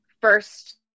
first